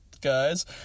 guys